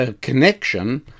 connection